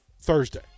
Thursday